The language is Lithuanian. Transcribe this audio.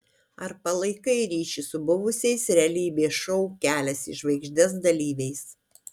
ar palaikai ryšį su buvusiais realybės šou kelias į žvaigždes dalyviais